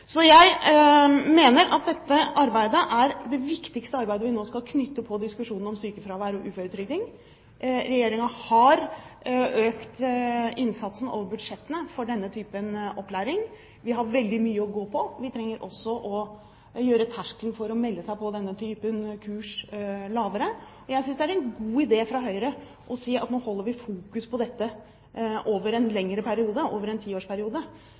sykefravær og uføretrygding. Regjeringen har over budsjettene økt innsatsen for denne typen opplæring. Vi har veldig mye å gå på. Vi trenger også å gjøre terskelen for å melde seg på denne typen kurs lavere. Jeg synes det er en god idé fra Høyres side å fokusere på dette over en lengre periode – en tiårsperiode